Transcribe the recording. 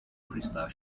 crystal